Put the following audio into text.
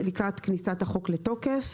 לקראת כניסת החוק לתוקף,